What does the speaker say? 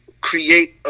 create